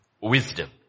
wisdom